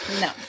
No